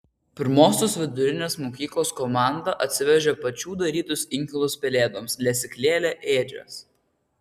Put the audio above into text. pirmosios vidurinės mokyklos komanda atsivežė pačių darytus inkilus pelėdoms lesyklėlę ėdžias